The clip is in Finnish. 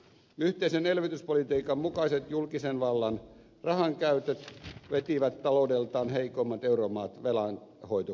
yhteisen elvytyspolitiikan mukaiset julkisen vallan rahankäytöt vetivät taloudeltaan heikoimmat euromaat velanhoitokyvyttömyyteen